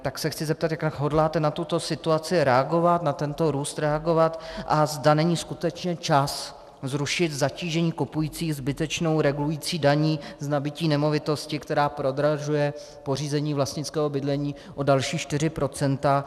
Tak se chci zeptat, jak hodláte na tuto situaci reagovat, na tento růst reagovat, a zda není skutečně čas zrušit zatížení kupujících zbytečnou regulující daní z nabytí nemovitosti, která prodražuje pořízení vlastnického bydlení o další 4 %.